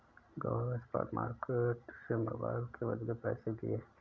गौरव spot market से mobile के बदले पैसे लिए हैं